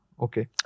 Okay